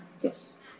Yes